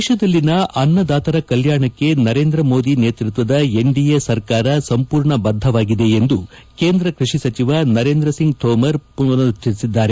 ದೇಶದಲ್ಲಿನ ಅನ್ನದಾತರ ಕಲ್ಕಾಣಕ್ಕೆ ನರೇಂದ್ರ ಮೋದಿ ನೇತೃತ್ವದ ಎನ್ಡಿಎ ಸರ್ಕಾರ ಸಂಪೂರ್ಣ ಬದ್ದವಾಗಿದೆ ಎಂದು ಕೇಂದ್ರ ಕೃಷಿ ಸಚಿವ ನರೇಂದ್ರ ಸಿಂಗ್ ತೋಮರ್ ಪುನರುಚ್ಚರಿಸಿದ್ದಾರೆ